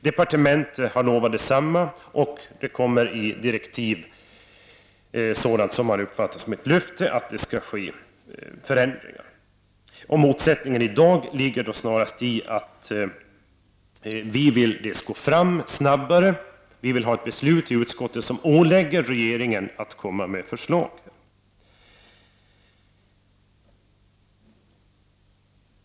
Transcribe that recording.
Departementet har lovat detsamma, och av direktiven framgår — vilket också har uppfattats som ett löfte — att det skall ske förändringar. Motsättningen i dag ligger snarast i att vi dels vill gå fram snabbare, dels vill att utskottet skall ålägga regeringen att komma med förslag.